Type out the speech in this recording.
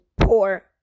poor